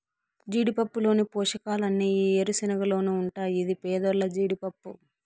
జీడిపప్పులోని పోషకాలన్నీ ఈ ఏరుశనగలోనూ ఉంటాయి ఇది పేదోల్ల జీడిపప్పు